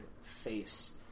face